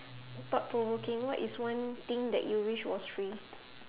thought-provoking what is one thing that you wish was free